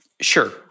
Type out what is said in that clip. sure